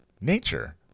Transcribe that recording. nature